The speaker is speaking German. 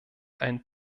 einen